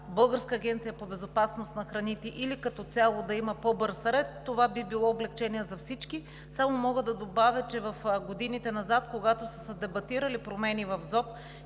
Българската агенция по безопасност на храните или като цяло да има по-бърз ред, това би било облекчение за всички. Само мога да добавя, че в годините назад, когато са се дебатирали промените в ЗОП,